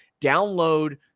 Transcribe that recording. download